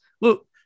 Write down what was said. look